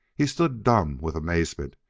he stood, dumb with amazement,